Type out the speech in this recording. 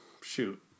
Shoot